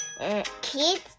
kids